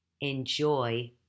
enjoy